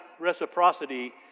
reciprocity